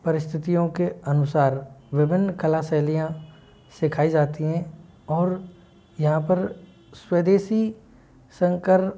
परिस्थितियों के अनुसार विभिन्न कला शैलियाँ सिखाई जाती हैं और यहाँ पर स्वदेशी शंकर